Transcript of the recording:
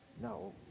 No